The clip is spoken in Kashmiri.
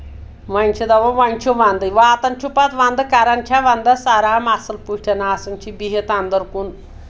وۄنۍ چھِ دَپان وۄنۍ چھُ وَندٕے واتان چھُ پَتہٕ وَنٛدٕ کران چھےٚ وَنٛدَس آرام آصٕل پٲٹھۍ آسان چھِ بِہِتھ اَندر کُن